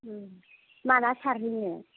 माब्ला सारहैनो